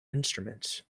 instruments